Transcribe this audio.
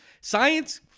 Science